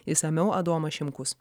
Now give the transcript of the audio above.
išsamiau adomas šimkus